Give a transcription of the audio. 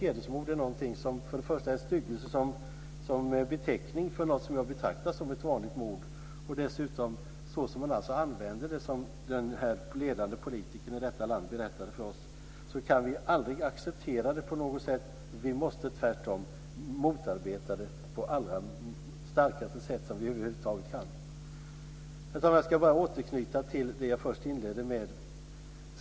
Hedersmord är för det första en styggelse, som beteckning för någonting som jag betraktar som ett vanligt mord, och för det andra någonting som används på ett sätt, som den ledande politikern i detta land berättade för oss, som vi aldrig kan acceptera. Herr talman! Jag ska bara återknyta till det jag inledde med.